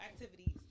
activities